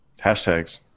Hashtags